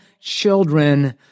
children